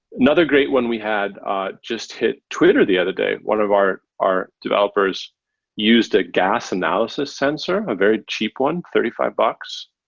another great one we had just hit twitter the other day, one of our our developers use the gas analysis sensor. a very cheap, thirty five bucks,